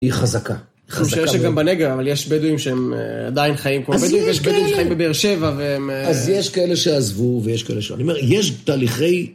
היא חזקה. חזקה מאוד. יש גם בנגב, אבל יש בדואים שהם עדיין חיים כמו בדואים, ויש בדואים שחיים בבאר שבע. אז יש כאלה שעזבו ויש כאלה ש... אני אומר, יש תהליכי...